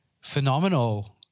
phenomenal